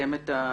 ולקדם את הנושא.